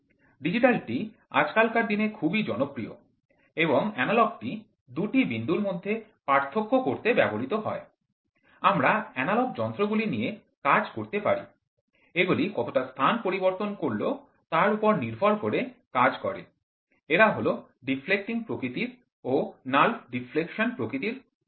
digital টি আজকালকার দিনে খুবই জনপ্রিয় এবং এনালগ টি দুটি বিন্দুর মধ্যে পার্থক্য করতে ব্যবহৃত হয় আমরা এনালগ যন্ত্রাংশ গুলি নিয়ে কাজ করতে পারি এগুলি কতটা স্থান পরিবর্তন করল তার ওপর নির্ভর করে কাজ করে এরা হল ডিফ্লেক্টিং প্রকৃতির ও নাল ডিফ্লেকশন প্রকৃতির হয়